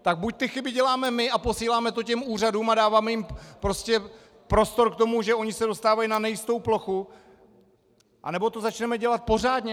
Tak buď ty chyby děláme my a posíláme to těm úřadům a dáváme jim prostor k tomu, že ony se dostávají na nejistou plochu, anebo to začneme dělat pořádně.